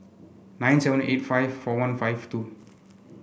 nine seven eight five four one five two